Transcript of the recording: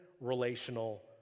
relational